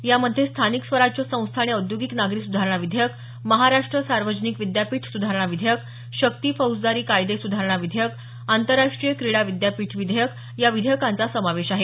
यामध्ये स्थानिक स्वराज्य संस्था आणि औद्योगिक नागरी सुधारणा विधेयक महाराष्ट्र सार्वजनिक विद्यापीठ सुधारणा विधेयक शक्ती फौजदारी कायदे सुधारणा विधेयक आंतरराष्ट्रीय क्रीडा विद्यापीठ विधेयक या विधेयकांचा समावेश आहे